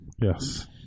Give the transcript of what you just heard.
Yes